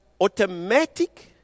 automatic